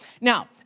Now